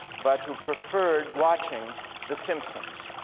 but who preferred watching the simpsons